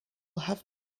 have